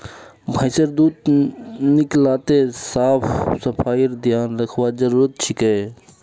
भैंसेर दूध निकलाते साफ सफाईर ध्यान रखना जरूरी छिके